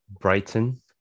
Brighton